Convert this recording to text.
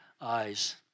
eyes